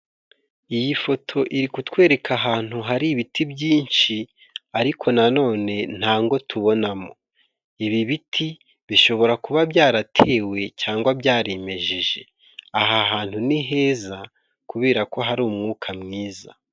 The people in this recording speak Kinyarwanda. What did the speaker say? Iyi foto iri kutwereka ahantu hari ibiti byinshi ariko nanone nta ngo tubonamo. Ibi biti bishobora kuba byaratewe cyangwa byarimejeje. Aha hantu ni heza kubera ko hari umwuka mwiza.